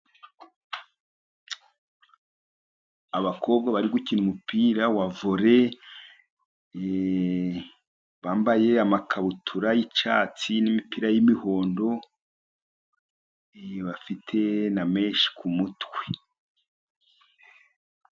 Abakobwa bari gukina umupira wa vole, bambaye amakabutura y'icyatsi n'imipira y'umuhondo, bafite na meshi ku mutwe.